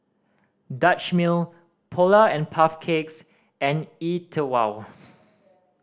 Dutch Mill Polar and Puff Cakes and E Twow